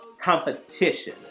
competition